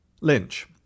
Lynch